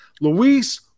Luis